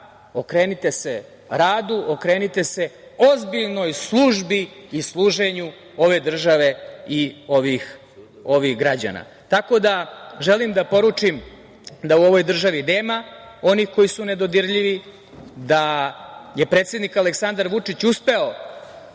okrenite se radu, okrenite se ozbiljnoj službi i služenju ove države i ovih građana. Želim da poručim da u ovoj državi nema onih koji su nedodirljivi, da je predsednik Aleksandar Vučić uspeo